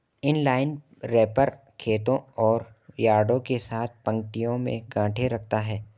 inline wrapper खेतों और यार्डों के साथ पंक्तियों में गांठें रखता है